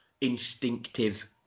instinctive